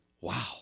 Wow